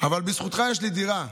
אבל בזכותך, יש לי דירה.